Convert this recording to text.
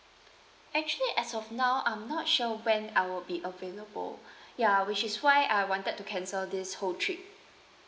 actually as of now I'm not sure when I will be available ya which is why I wanted to cancel this whole trip